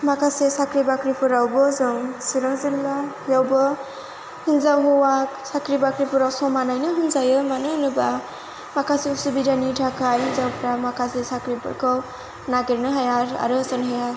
माखासे साख्रि बाख्रिफोरावबो जों सिरां जिल्लायावबो हिन्जाव हौवा साख्रि बाख्रिफोराव समानयैनो होनजायो मानो होनोबा माखासे सुबिदानि थाखाय हिन्जावफोरा माखासे साख्रिफोरखौ नागिरनो हाया आरो होसोनो हाया